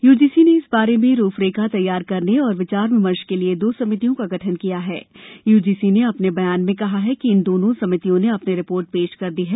UGC ने इस बारे में रूपरेखा तैयार करने और विचार विमर्श के लिए दो समितियों का गठन किया थायूजीसी ने अपने बयान में कहा है कि इन दोनों समितियों ने अपनी रिपोर्ट पेश कर दी है